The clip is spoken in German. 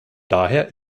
daher